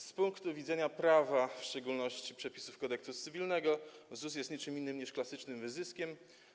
Z punktu widzenia prawa, w szczególności przepisów Kodeksu cywilnego, ZUS jest niczym innym niż klasycznym wyzyskiem.